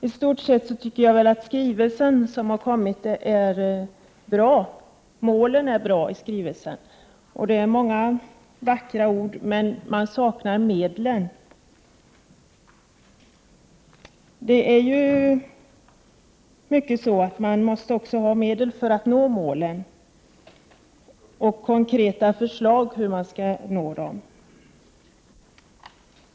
I stort sett är skrivelsen om ungdomsfrågor och målen i den bra. Det är många vackra ord, men jag saknar medlen. Det behövs också medel och konkreta förslag för att man skall nå målen.